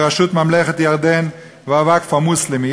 בראשות ממלכת ירדן והווקף המוסלמי.